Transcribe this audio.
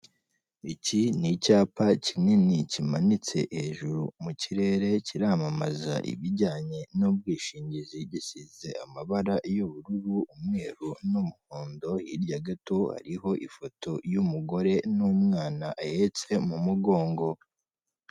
Iki ni icyapa kinini kimanitse hejuru mu kirere, kiramamaza ibijyanye n'ubwishingizi gisize amabara y'ubururu, umweru n'umuhondo, hirya gato hariho ifoto y'umugore n'umwana ahetse mu mugongo.